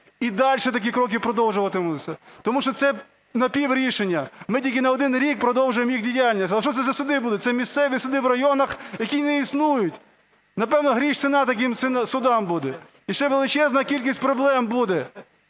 І далі такі кроки продовжуватимуться. Тому що це напіврішення, ми тільки на один рік продовжуємо їх діяльність. Але що це за суди будуть? Це місцеві суди в районах, які не існують. Напевно, гріш ціна таким судам буде. І ще величезна кількість проблем буде.